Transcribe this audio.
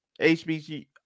HBC